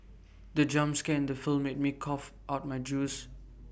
the jump scare in the film made me cough out my juice